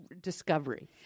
discovery